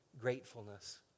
gratefulness